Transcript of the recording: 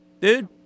dude